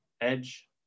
Edge